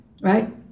Right